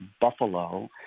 Buffalo